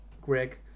Greg